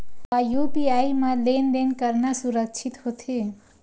का यू.पी.आई म लेन देन करना सुरक्षित होथे?